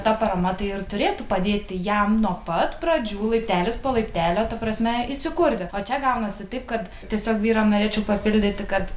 ta parama tai ir turėtų padėti jam nuo pat pradžių laiptelis po laiptelio ta prasme įsikurti o čia gaunasi taip kad tiesiog vyrą norėčiau papildyti kad